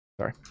sorry